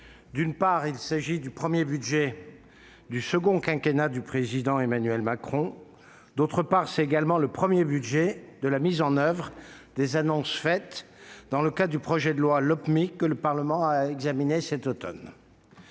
d'une part, il s'agit du premier budget du second quinquennat du président Emmanuel Macron ; d'autre part, c'est également le premier budget de mise en oeuvre des annonces faites dans le cadre du projet de loi d'orientation et de